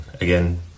Again